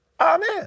Amen